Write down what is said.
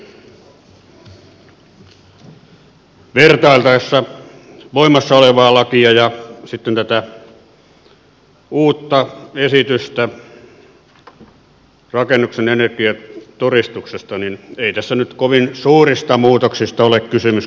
vertailtaessa voimassa olevaa lakia ja sitten tätä uutta esitystä rakennuksen energiatodistuksesta ei tässä nyt kovin suurista muutoksista ole kysymys kuitenkaan